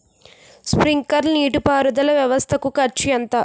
Sprinkler నీటిపారుదల వ్వవస్థ కు ఖర్చు ఎంత?